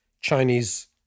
Chinese